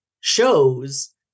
shows